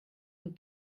und